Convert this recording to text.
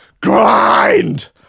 GRIND